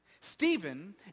Stephen